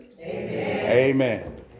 Amen